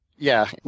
yeah.